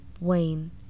Wayne